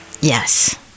Yes